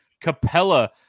capella